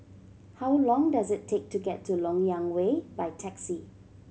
how long does it take to get to Lok Yang Way by taxi